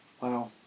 Wow